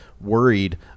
worried